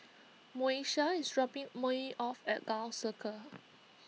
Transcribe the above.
Moesha is dropping me off at Gul Circle